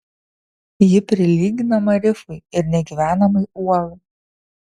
ji prilyginama rifui ir negyvenamai uolai